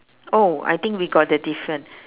oh I think we got the different